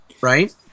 right